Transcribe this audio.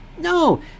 No